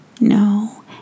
No